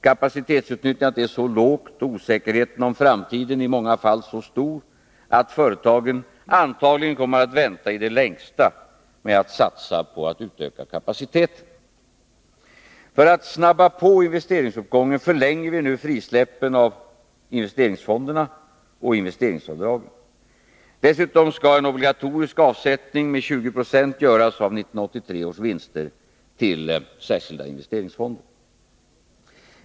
Kapacitetsutnyttjandet är så lågt och osäkerheten om framtiden i många fall så stor att företagen antagligen kommer att vänta i det längsta med att satsa på att öka sin kapacitet. För att snabba på investeringsuppgången förlänger vi nu frisläppen av investeringsfonderna och investeringsavdragen. Dessutom skall en obligatorisk avsättning med 20 96 av 1983 års vinster göras till särskilda investeringsfonder.